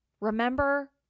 remember